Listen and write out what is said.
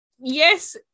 yes